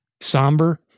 Somber